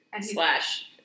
Slash